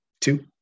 two